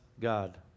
God